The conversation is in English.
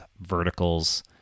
verticals